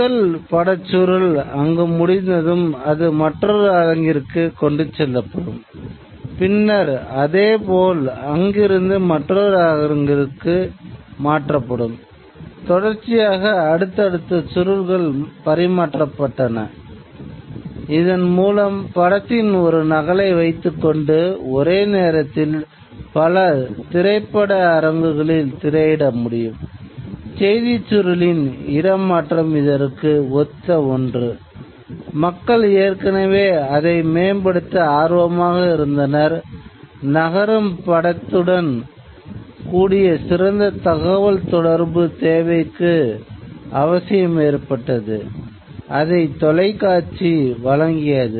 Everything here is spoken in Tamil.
முதல் படச்சுருள் வழங்கியது